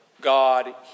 God